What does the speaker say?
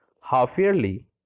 half-yearly